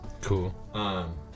Cool